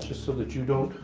just so that you don't